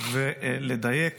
ולדייק